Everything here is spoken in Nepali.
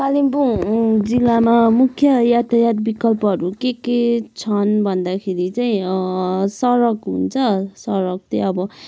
कालिम्पोङ जिल्लामा मुख्य यातायात विकल्पहरू के के छन् भन्दाखेरि चाहिँ सडक हुन्छ सडक चाहिँ अब